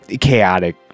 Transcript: chaotic